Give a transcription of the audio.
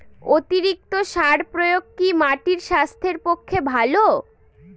অতিরিক্ত সার প্রয়োগ কি মাটির স্বাস্থ্যের পক্ষে ভালো?